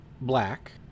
black